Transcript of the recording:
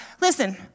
Listen